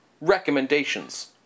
recommendations